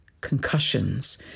concussions